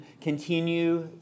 continue